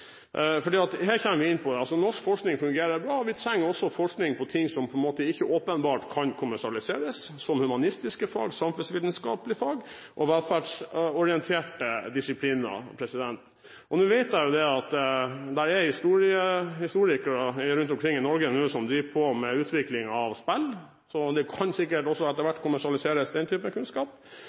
at norsk forskning fungerer bra. Vi trenger også forskning på ting som ikke åpenbart kan kommersialiseres, som humanistiske og samfunnsvitenskapelige fag og velferdsorienterte disipliner. Jeg vet at det er historikere rundt omkring i Norge nå som driver med utvikling av spill. Etter hvert kan sikkert også den type kunnskap kommersialiseres.